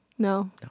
No